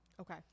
Okay